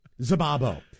Zababo